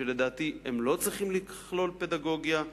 שלדעתי הם לא צריכים לכלול פדגוגיה.